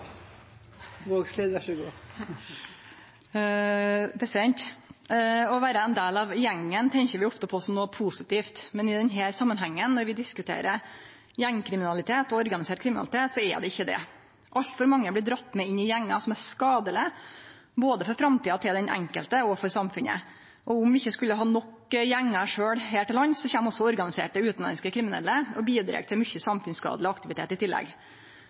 ofte på som noko positivt, men i denne samanhengen – når vi diskuterer gjengkriminalitet og organisert kriminalitet – er det ikkje det. Altfor mange blir dregne med inn i gjengar, noko som er skadeleg både for framtida til den enkelte og for samfunnet. Om vi ikkje sjølve skulle ha nok gjengar her til lands, kjem det i tillegg organiserte utanlandske kriminelle og bidreg til mykje samfunnsskadeleg aktivitet. Forslaget frå oss i